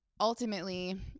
ultimately